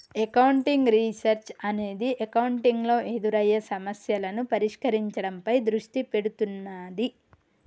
accounting research అనేది accounting లో ఎదురయ్యే సమస్యలను పరిష్కరించడంపై దృష్టి పెడుతున్నాది